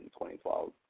2012